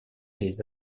les